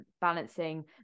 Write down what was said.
balancing